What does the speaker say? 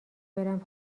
برم